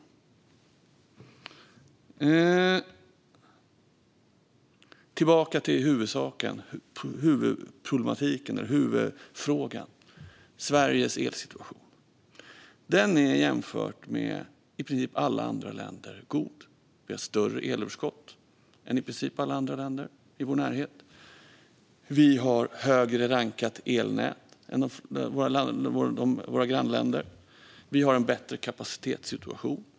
För att gå tillbaka till huvudsaken, huvudproblematiken och huvudfrågan - Sveriges elsituation - så är den god jämfört med i princip alla andra länder. Vi har större elöverskott än i princip alla andra länder i vår närhet. Vi har ett högre rankat elnät än våra grannländer. Vi har en bättre kapacitetssituation.